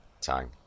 time